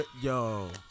Yo